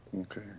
Okay